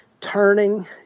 turning